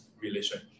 relation